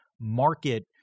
market